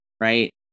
right